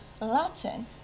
Latin